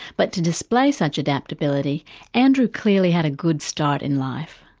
but to display such adaptability andrew clearly had a good start in life.